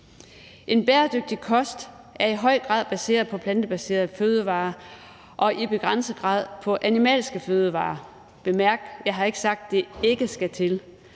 En bæredygtig kost er i høj grad baseret på plantebaserede fødevarer og i begrænset grad på animalske fødevarer. Bemærk, at jeg ikke har sagt, at det ikke skal til.